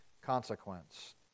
consequence